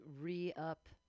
re-up